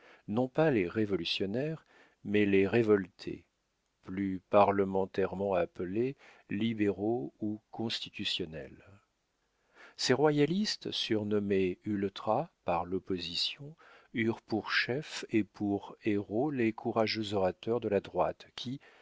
non pas les révolutionnaires mais les révoltés plus parlementairement appelés libéraux ou constitutionnels ces royalistes surnommés ultras par l'opposition eurent pour chefs et pour héros les courageux orateurs de la droite qui